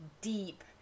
deep